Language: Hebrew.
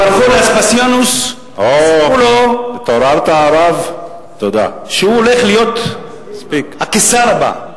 הם הלכו לאספסיאנוס וסיפרו לו שהוא הולך להיות הקיסר הבא.